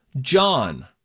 John